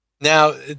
Now